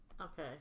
Okay